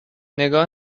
نگاه